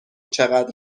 چقدر